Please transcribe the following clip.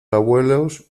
abuelos